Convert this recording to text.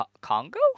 Congo